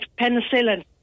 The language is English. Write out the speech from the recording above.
penicillin